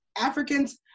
africans